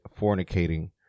fornicating